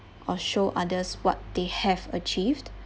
or show others what they have achieved